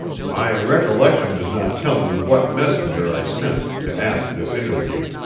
my recollection does not tell me what messenger i sent to ask this interview.